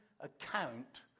account